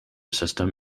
system